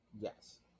Yes